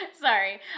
Sorry